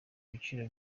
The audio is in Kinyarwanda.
ibiciro